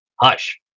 Hush